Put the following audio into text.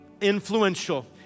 Influential